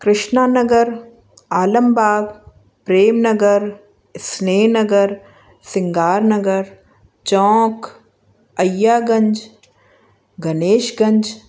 Krishna Nagar Alambagh Prem Nagar Sneh Nagar Singar Nagar Chowk Ayaganj Ganeshganj